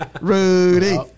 Rudy